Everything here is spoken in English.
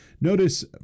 Notice